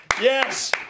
Yes